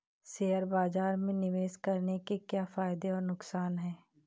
Share बाज़ार में निवेश करने के क्या फायदे और नुकसान हैं?